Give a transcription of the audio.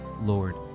Lord